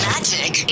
Magic